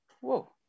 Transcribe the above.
Whoa